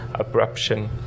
abruption